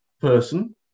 person